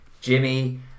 jimmy